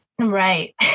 Right